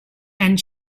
and